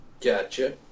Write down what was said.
Gotcha